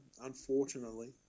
unfortunately